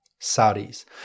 Saudis